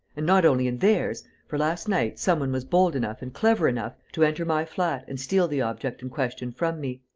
and not only in theirs, for, last night, some one was bold enough and clever enough to enter my flat and steal the object in question from me.